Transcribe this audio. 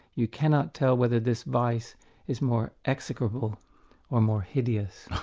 you cannot tell whether this vice is more execrable or more hideous.